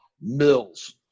Mills